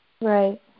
Right